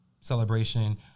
celebration